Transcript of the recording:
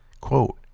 Quote